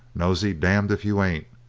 nosey, damned if you ain't.